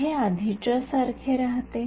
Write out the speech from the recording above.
तर हे आधीच्या सारखे राहते